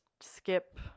skip